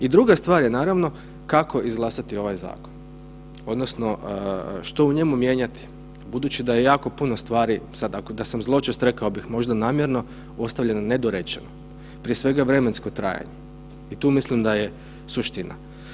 I druga stvar je naravno kakao izglasati ovaj zakon odnosno što u njemu mijenjati, budući da je jako puno stvari, sad ako sam zločest rekao bih možda namjerno ostavljeno ne dorečeno, prije svega vremensko trajanje i tu mislim da je suština.